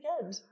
again